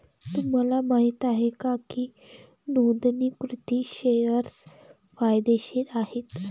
तुम्हाला माहित आहे का की नोंदणीकृत शेअर्स फायदेशीर आहेत?